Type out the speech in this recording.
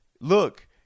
look